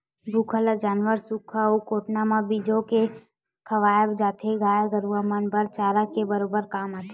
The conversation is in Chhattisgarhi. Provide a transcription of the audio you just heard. भूसा ल जानवर ल सुख्खा अउ कोटना म फिंजो के खवाय जाथे, गाय गरुवा मन बर चारा के बरोबर काम आथे